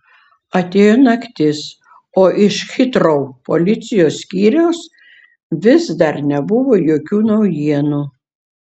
atėjo naktis o iš hitrou policijos skyriaus vis dar nebuvo jokių naujienų